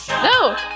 No